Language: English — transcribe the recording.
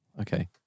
Okay